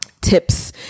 tips